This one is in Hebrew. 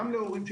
גם להורים,